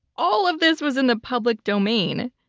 all of this was in the public domain.